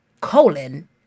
colon